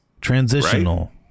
Transitional